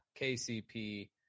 kcp